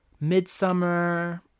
Midsummer